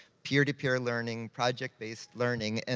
peer-to-peer learning, project-based learning, and